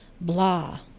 blah